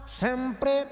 sempre